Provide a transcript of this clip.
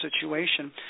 situation